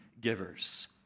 givers